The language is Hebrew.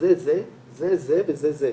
שזה זה, זה זה וזה זה,